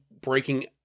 breaking